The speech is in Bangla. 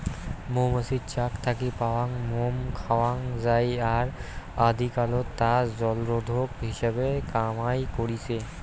মৌমাছির চাক থাকি পাওয়াং মোম খাওয়াং যাই আর আদিকালত তা জলরোধক হিসাবে কামাই করিচে